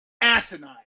asinine